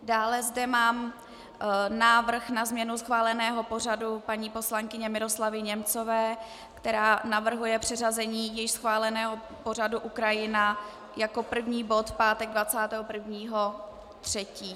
Dále zde mám návrh na změnu schváleného pořadu paní poslankyně Miroslavy Němcové, která navrhuje přeřazení již schváleného pořadu Ukrajina jako první bod v pátek 21. 3.